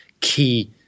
key